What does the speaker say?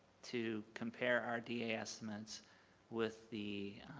to compare our da estimates with the